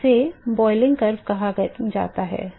तो इसे क्वथन वक्र कहा जाता है